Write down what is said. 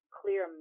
clear